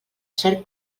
cert